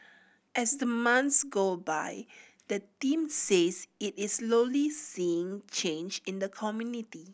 as the months go by the team says it is slowly seeing change in the community